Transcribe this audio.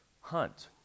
hunt